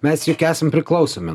mes juk esam priklausomi